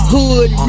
Hood